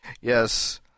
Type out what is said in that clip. yes